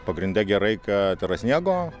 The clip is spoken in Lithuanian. pagrinde gerai kad yra sniego